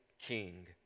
king